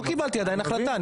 לא קיבלתי עדיין החלטה,